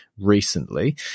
Recently